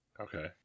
Okay